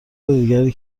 دیگری